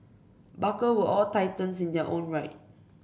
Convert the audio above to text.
barker were all titans in their own right